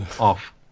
Off